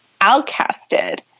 outcasted